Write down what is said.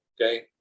Okay